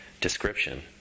description